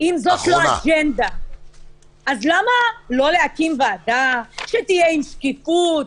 -- אם זאת לא אג'נדה אז למה לא להקים ועדה שתהיה עם שקיפות,